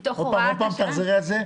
במקום "כ' בתמוז התשפ"א (30 ביוני 2021)" יבוא "כ"ז בטבת